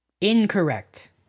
Incorrect